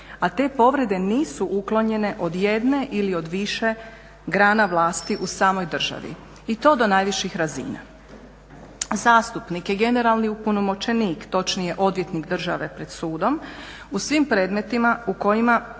a te povrede nisu uklonjene od jedne ili od više grana vlasti u samoj državi i to do najviših razina. Zastupnike, generalni opunomoćenik točnije odvjetnik države pred sudom u svim predmetima u kojima